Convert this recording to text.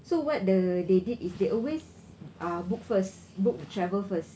so what the they did is they always ah book first book a travel first